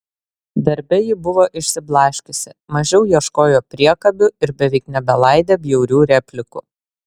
darbe ji buvo išsiblaškiusi mažiau ieškojo priekabių ir beveik nebelaidė bjaurių replikų